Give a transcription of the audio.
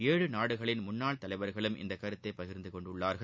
ஏழு நாடுகளின் முன்னாள் தலைவர்களும் இந்த கருத்தை பகிர்ந்து கொண்டுள்ளார்கள்